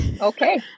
Okay